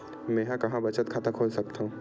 मेंहा कहां बचत खाता खोल सकथव?